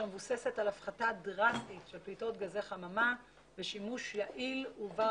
מבוססת על הפחתה דרסטית של פליטות גזי חממה ושימוש יעיל ובר